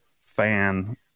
fan